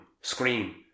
Scream